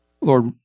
Lord